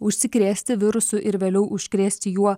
užsikrėsti virusu ir vėliau užkrėsti juo